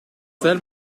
sell